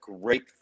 great